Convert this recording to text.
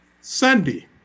Sunday